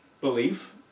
belief